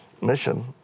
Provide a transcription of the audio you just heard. mission